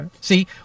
See